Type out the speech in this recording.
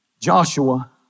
Joshua